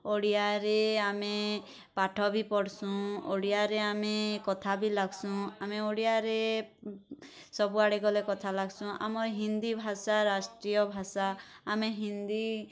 ଓଡ଼ିଆରେ ଆମେ ପାଠ ବି ପଢ଼୍ସୁଁ ଓଡ଼ିଆରେ ଆମେ କଥା ବି ଲାଗ୍ସୁଁ ଆମେ ଓଡ଼ିଆରେ ସବୁଆଡ଼େ ଗଲେ କଥା ଲାଗ୍ସୁଁ ଆମର୍ ହିନ୍ଦୀ ଭାଷା ରାଷ୍ଟ୍ରୀୟ ଭାଷା ଆମେ ହିନ୍ଦୀ